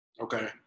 okay